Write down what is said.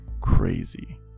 crazy